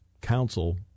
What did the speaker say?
Council